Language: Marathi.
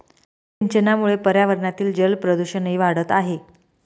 सिंचनामुळे पर्यावरणातील जलप्रदूषणही वाढत आहे